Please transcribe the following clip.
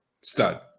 stud